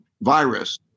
virus